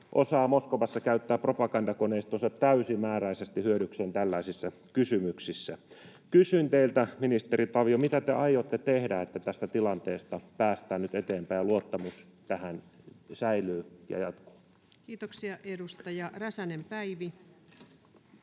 osaa Moskovassa käyttää propagandakoneistonsa täysimääräisesti hyödykseen tällaisissa kysymyksissä. Kysyn teiltä, ministeri Tavio: mitä te aiotte tehdä, että tästä tilanteesta päästään nyt eteenpäin ja luottamus tähän säilyy ja jatkuu? [Speech 23] Speaker: Ensimmäinen